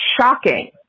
Shocking